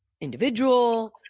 individual